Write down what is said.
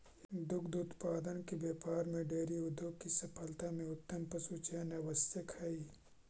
दुग्ध उत्पादन के व्यापार में डेयरी उद्योग की सफलता में उत्तम पशुचयन आवश्यक हई